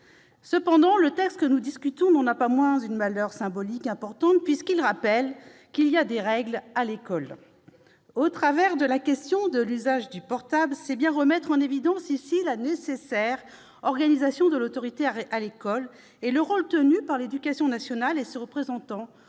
majeur ! Le texte que nous discutons n'en a pas moins une valeur symbolique importante, puisqu'il rappelle qu'il y a des règles à l'école. Exactement ! Au travers de cette question de l'usage du téléphone portable, il s'agit bien ici de remettre en évidence la nécessaire organisation de l'autorité à l'école et le rôle tenu par l'éducation nationale et ses représentants,